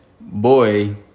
boy